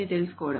ని తెలుసుకోవడం